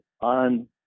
on